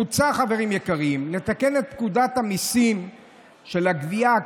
מוצע לתקן את פקודת המיסים (גבייה),